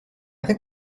think